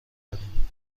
داریم